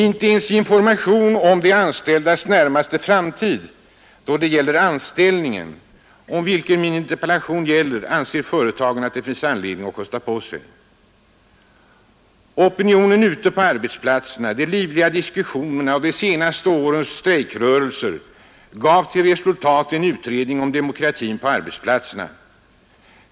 Inte ens information om de anställdas närmaste framtid då det gäller anställningen — vilket min interpellation gäller — anser företagen att det finns anledning att kosta på sig. Opinionen ute på arbetsplatserna, de livliga diskussionerna och de senaste årens strejkrörelser gav till resultat en utredning om demokratin på arbetsplatserna.